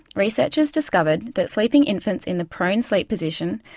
researchers discovered that sleeping infants in the prone sleep position,